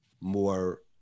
more